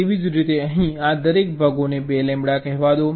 તેવી જ રીતે અહીં આ દરેક ભાગોને 2 લેમ્બડા કહેવા દો